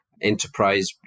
enterprise